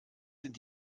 sind